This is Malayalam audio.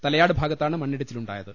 തലയാട് ഭാഗത്താണ് മണ്ണിടിച്ചിലുണ്ടായത്